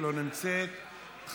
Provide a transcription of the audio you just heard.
לא נמצאת,